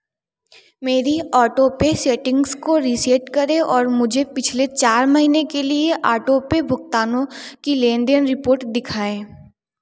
मेरी auto pay settings को reset करें और मुझे पिछले चार महीने के लिए आटो पे भुगतानों की लेन देन रिपोर्ट दिखाएँ